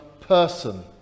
person